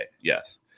yes